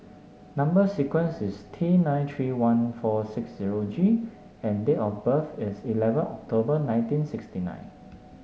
number sequence is T nine three one four six zero G and date of birth is eleven October nineteen sixty nine